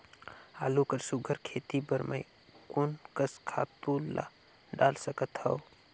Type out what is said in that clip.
आलू कर सुघ्घर खेती बर मैं कोन कस खातु ला डाल सकत हाव?